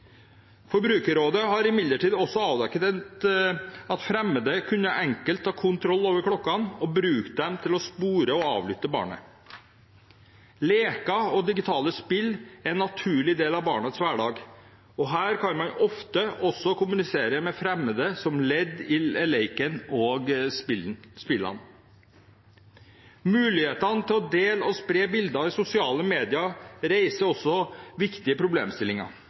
Forbrukerrådet har imidlertid også avdekket at fremmede enkelt kunne ta kontroll over klokkene og bruke dem til å spore og avlytte barnet. Leker og digitale spill er en naturlig del av barnets hverdag, og her kan man ofte også kommunisere med fremmede som et ledd i leken og spillene. Muligheten til å dele og spre bilder i sosiale medier reiser også viktige problemstillinger